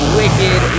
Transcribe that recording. wicked